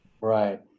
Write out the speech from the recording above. Right